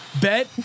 bet